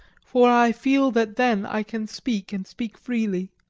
for i feel that then i can speak, and speak freely.